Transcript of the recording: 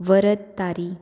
वरद तारी